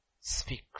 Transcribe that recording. Speak